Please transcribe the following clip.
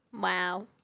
Wow